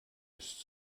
ist